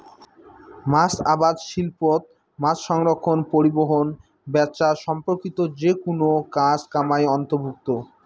মাছ আবাদ শিল্পত মাছসংরক্ষণ, পরিবহন, ব্যাচা সম্পর্কিত যেকুনো কাজ কামাই অন্তর্ভুক্ত